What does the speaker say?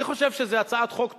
אני חושב שזו הצעת חוק טובה,